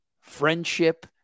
friendship